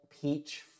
Peach